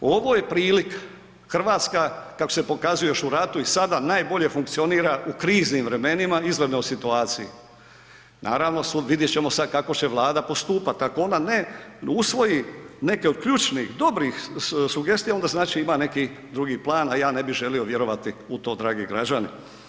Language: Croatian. Ovo je prilika, Hrvatska, kako se pokazuje još u ratu i sada, najbolje funkcionira u kriznim vremenima i u izvanrednoj situaciji, naravno vidjet ćemo sad kako će Vlada postupat, ako ona ne usvoji neke od ključnih dobrih sugestija, onda znači ima neki drugi plan, a ja ne bi želio vjerovati u to dragi građani.